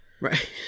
Right